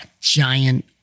giant